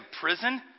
prison